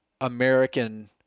American